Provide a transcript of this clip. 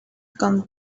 gone